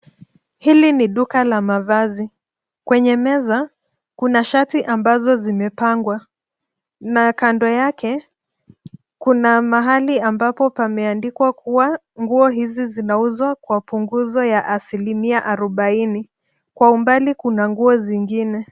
Hili ni duka la mavazi. Kwenye meza kuna shati ambazo zimepangwa na kando yake kuna mahali ambapo pameandikwa kuwa nguo hizi zinauzwa kwa punguzo ya asilimia arubaini. Kwa umbali kuna nguo zingine.